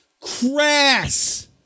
crass